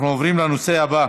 אנחנו עוברים לנושא הבא,